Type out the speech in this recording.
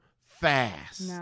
fast